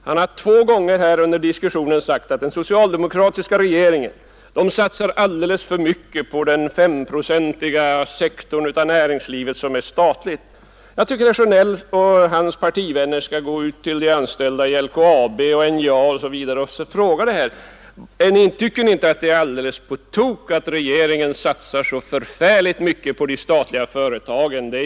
Han har två gånger under den här diskussionen sagt att den socialdemokratiska regeringen satsar alldeles för mycket på den S-procentiga sektor av näringslivet som är statlig. Jag tycker att herr Sjönell och hans partivänner skall gå ut till de anställda i LKAB, NJA osv. och fråga dem: Tycker ni inte att det är alldeles på tok att regeringen satsar så förfärligt mycket på de statliga företagen?